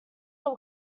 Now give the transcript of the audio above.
will